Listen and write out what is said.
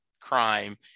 crime